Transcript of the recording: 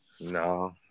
No